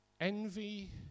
Envy